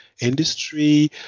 industry